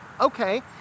Okay